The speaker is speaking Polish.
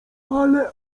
ale